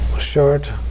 short